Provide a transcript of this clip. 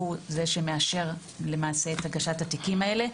שהוא זה שמאשר למעשה את הגשת התיקים האלה.